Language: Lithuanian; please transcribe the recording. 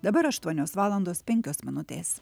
dabar aštuonios valandos penkios minutės